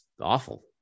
awful